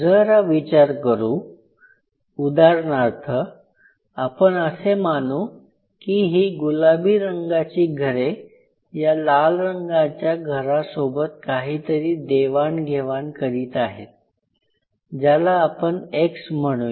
जरा विचार करू उदाहरणार्थ आपण असे मानू की हि गुलाबी रंगाची घरे या लाल रंगाच्या घरांसोबत काहीतरी देवाण घेवाण करीत आहेत ज्याला आपण "x" म्हणूया